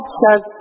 says